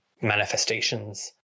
manifestations